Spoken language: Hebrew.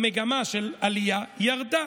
המגמה של עלייה ירדה,